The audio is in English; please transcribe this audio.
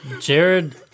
Jared